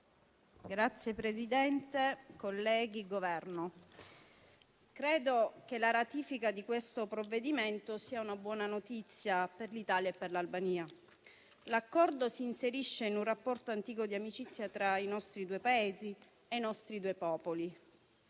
Signor Presidente, colleghi, Governo, credo che la ratifica di questo Protocollo sia una buona notizia per l'Italia e per l'Albania. L'accordo si inserisce in un rapporto antico di amicizia tra i nostri due Paesi e i nostri due popoli.